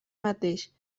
mateix